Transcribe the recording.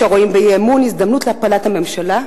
יש הרואים באי-אמון הזדמנות להפלת הממשלה,